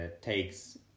takes